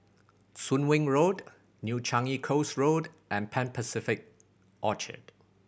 Soon Wing Road New Changi Coast Road and Pan Pacific Orchard